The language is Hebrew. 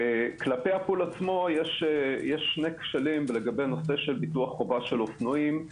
כלפי הפול עצמו יש שני כשלים בנושא ביטוח חובה של אופנועים.